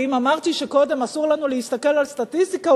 ואם אמרתי קודם שאסור לנו להסתכל על סטטיסטיקה,